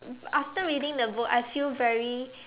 after reading the book I feel very